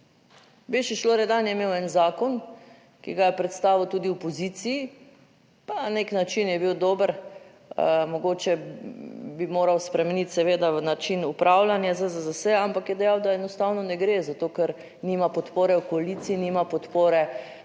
Bevšč Loredan je imel en zakon, ki ga je predstavil tudi opoziciji pa na nek način je bil dober. Mogoče bi moral spremeniti seveda v način upravljanja ZZZS, ampak je dejal, da enostavno ne gre za to, ker nima podpore v koaliciji, nima podpore